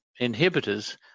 inhibitors